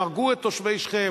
הם הרגו את תושבי שכם,